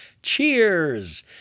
cheers